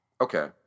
Okay